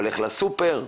הולך לסופר,